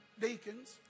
deacons